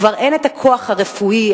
כבר אין הכוח הרפואי,